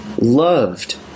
loved